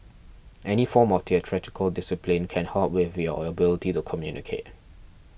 any form of theatrical discipline can help with your ability to communicate